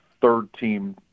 third-team